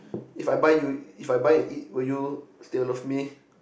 if I buy you if I buy and eat will you still love me